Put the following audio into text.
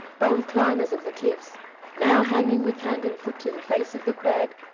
bold climbers of the cliffs now hanging with hand and foot to the face of the crag,